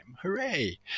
Hooray